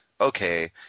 okay